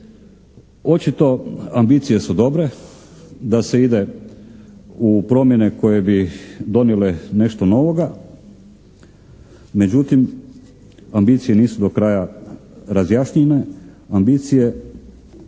očito ambicije su dobre, da se ide u promjene koje bi donijele nešto novoga, međutim ambicije nisu do kraja razjašnjene. Ambicije